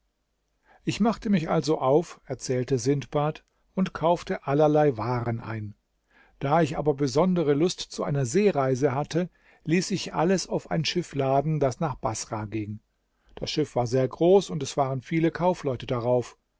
ich machte mich also auf erzählte sindbad und kaufte allerlei waren ein da ich aber besondere lust zu einer seereise hatte ließ ich alles auf ein schiff laden das nach baßrah ging das schiff war sehr groß und es waren viele kaufleute darauf